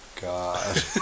God